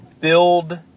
build